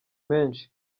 menshi